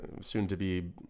soon-to-be